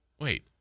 wait